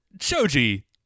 Shoji